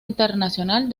internacional